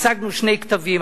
ייצגנו שני קטבים,